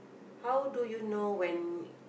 how do you know when